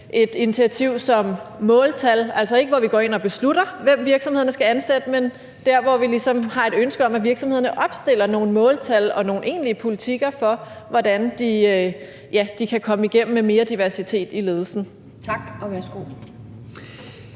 et initiativ som måltal, altså ikke sådan, at vi går ind og beslutter, hvem virksomhederne skal ansætte, men hvor vi ligesom har et ønske om, at virksomhederne opstiller nogle måltal og nogle egentlige politikker for, hvordan de kan komme igennem med mere diversitet i ledelsen. Kl.